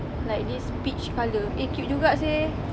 like this peach colour eh cute juga seh